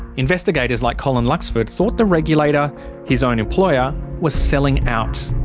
investigators like colin luxford thought the regulator his own employer was selling out.